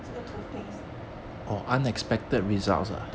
这个 toothpaste 对